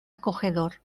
acogedor